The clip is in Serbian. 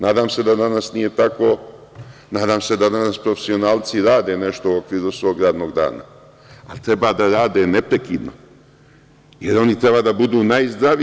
Nadam se da danas nije tako, nadam se da danas profesionalci rade nešto u okviru svog radnog dana, a treba da rade neprekidno, jer oni treba da budu najzdraviji.